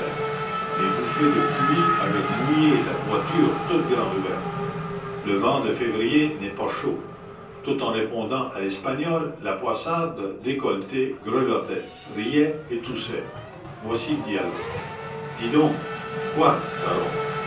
les bouffées de pluie avaient mouillé la voiture toute grande ouverte le vent de février n'est pas chaud tout en répondant à l'espagnol la poissarde décolletée grelottait riait et toussait voici le dialogue dis donc quoi daron